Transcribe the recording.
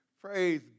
Praise